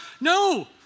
No